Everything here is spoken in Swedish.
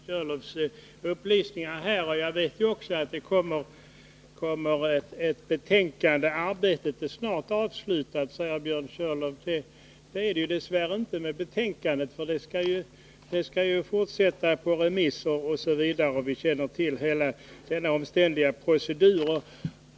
Herr talman! Jag tackar för Björn Körlofs upplysningar. Jag vet också att det kommer ett betänkande. Arbetet är snart avslutat, säger Björn Körlof. Det är det dessvärre inte. Betänkandet skall ju fortsätta på remiss, osv. Vi känner till hela den omständliga proceduren.